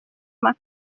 uma